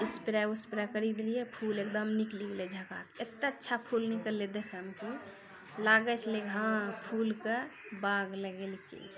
spray उस्प्रे करि देलियै फूल एकदम निकलि गेलै झक्कास एतेक अच्छा फूल निकललै देखयमे कि लागै छलै हँ फूलके बाग लगेलकै